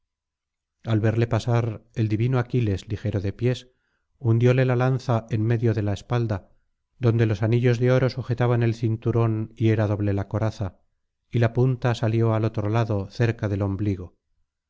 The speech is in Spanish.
al verle pasar el divino aquiles ligero de pies hundióle la lanza en medio de la espalda donde los anillos de oro sujetaban el cinturón y era doble la coraza y la punta salió al otro lado cerca del ombligo